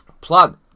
Plug